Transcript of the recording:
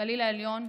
הגליל העליון,